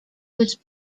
was